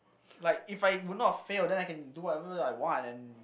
like if I would not fail then I can do whatever I want and